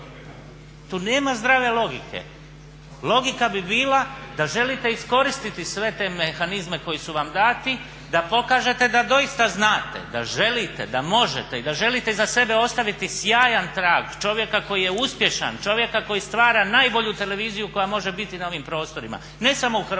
Tu nema zdrave logike. Logika bi bila da želite iskoristiti sve te mehanizme koji su vam dati da pokažete da doista znate da želite, da možete i da želite iza sebe ostaviti sjajan trag, čovjeka koji je uspješan, čovjek koji stvara najbolju televiziju koja može biti na ovim prostorima ne samo u Hrvatskoj,